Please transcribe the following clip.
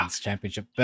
championship